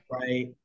right